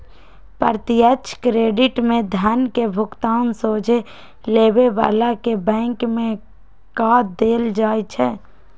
प्रत्यक्ष क्रेडिट में धन के भुगतान सोझे लेबे बला के बैंक में कऽ देल जाइ छइ